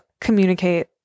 communicate